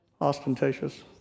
ostentatious